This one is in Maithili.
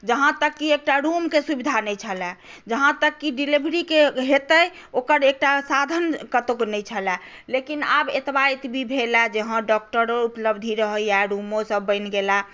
जहाँ तक कि एकटा रुम के सुविधा नहि छलए जहाँ तक कि डिलेवरी के हेतै ओकर एकटा साधन कतौक नहि छलए लेकिन आब एतबा एतबी भेलए जे डॉक्टरो उपलब्ध रहैया रुमो सभ बनि गेलए